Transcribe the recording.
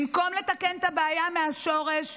במקום לתקן את הבעיה מהשורש,